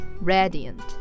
Radiant